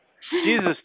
Jesus